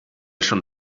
schon